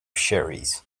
cherries